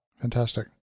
Fantastic